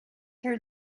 her